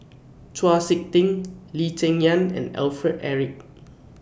Chau Sik Ting Lee Cheng Yan and Alfred Eric